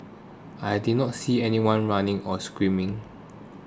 I didn't see anyone running or screaming